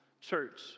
church